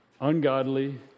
ungodly